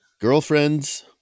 Girlfriends